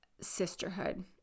sisterhood